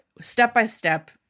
step-by-step